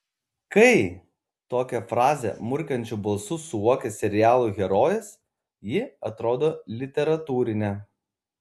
kai tokią frazę murkiančiu balsu suokia serialų herojės ji atrodo literatūrinė